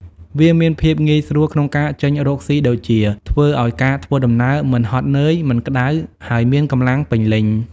វាមានភាពងាយស្រួលក្នុងការចេញរកសុីដូចជា ធ្វើឱ្យការធ្វើដំណើរមិនហត់នឿយ មិនក្តៅ ហើយមានកម្លាំងពេញលេញ។